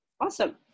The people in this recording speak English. awesome